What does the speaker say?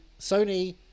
Sony